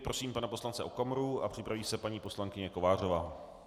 Prosím pana poslance Okamuru a připraví se paní poslankyně Kovářová.